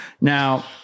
Now